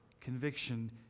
conviction